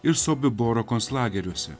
ir sobiboros konclageriuose